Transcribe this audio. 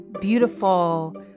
beautiful